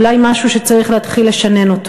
אולי משהו שצריך להתחיל לשנן.